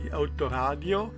autoradio